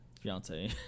fiance